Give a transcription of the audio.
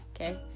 Okay